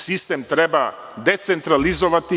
Sistem treba decentralizovati.